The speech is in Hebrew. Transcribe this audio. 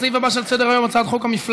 לסעיף הבא של סדר-היום: הצעת חוק המפלגות